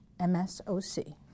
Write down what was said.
msoc